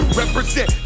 represent